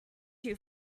you